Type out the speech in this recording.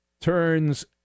turns